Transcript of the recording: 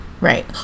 Right